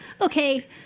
Okay